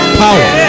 power